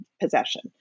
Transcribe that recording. possession